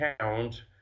count